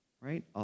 right